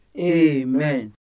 Amen